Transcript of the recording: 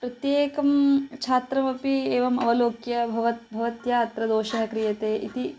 प्रत्येकं छात्रमपि एवम् अवलोक्य भवतः भवत्याः अत्र दोषः क्रियते इति